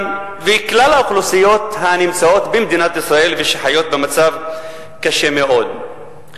וכל האוכלוסיות במדינת ישראל שחיות במצב קשה מאוד.